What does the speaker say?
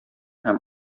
һәм